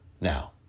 now